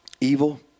Evil